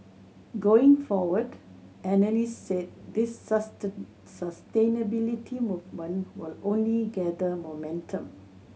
going forward analysts said this sustain sustainability movement will only gather momentum